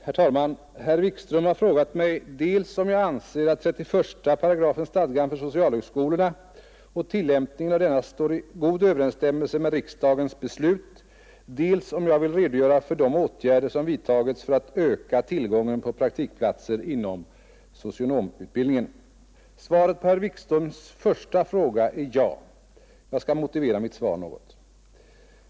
Herr talman! Herr Wikström har frågat mig dels om jag anser att 31 § stadgan för socialhögskolorna och tillämpningen av denna står i god överensstämmelse med riksdagens beslut, dels om jag vill redogöra för de åtgärder som vidtagits för att öka tillgången på praktikplatser inom socionomutbildningen. Svaret på herr Wikströms första fråga är ja. Jag skall motivera mitt svar något.